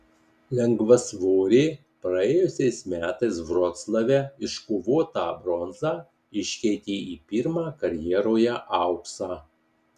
lengvasvorė praėjusiais metais vroclave iškovotą bronzą iškeitė į pirmą karjeroje auksą